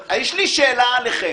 יש לי שאלה אליכם.